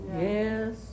Yes